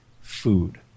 food